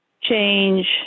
change